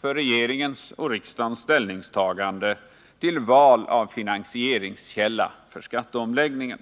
för regeringens och riksdagens ställningstagande till val av finansieringskälla för skatteomläggningen.